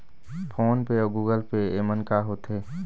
Phone पे अउ Google Pay येमन का होते?